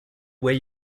where